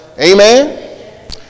Amen